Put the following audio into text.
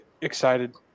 excited